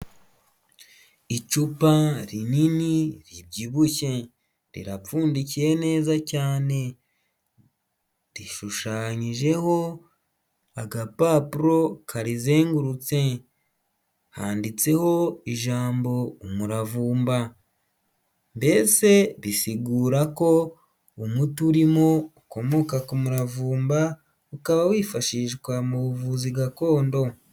Icupa rinini ribyibushye rirapfundikiye neza cyane, rishushanyijeho agapapuro karizengurutse, handitseho ijambo umuravumba, mbese risigura ko umuti urimo ukomoka ku muravumba ukaba wifashishwa mu buvuzi gakondo.